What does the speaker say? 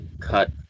cut